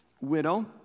widow